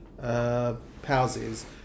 houses